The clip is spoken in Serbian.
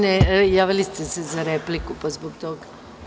Ne, javili ste se za repliku, pa zbog toga.